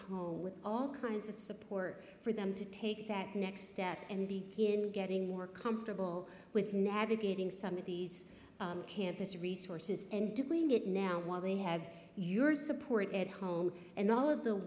home with all kinds of support for them to take that next step and be in getting more comfortable with navigating some of these campus resources and doing it now while they have your support at home and all of the